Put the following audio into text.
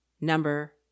number